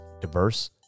diverse